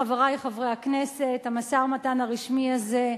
חברי חברי הכנסת, המשא-ומתן הרשמי הזה,